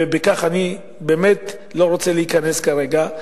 ולכך אני באמת לא רוצה להיכנס כרגע.